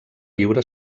lliura